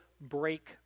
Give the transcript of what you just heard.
break